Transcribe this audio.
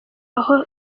aho